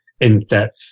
in-depth